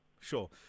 Sure